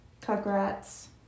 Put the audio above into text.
Congrats